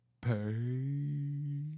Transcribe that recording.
pay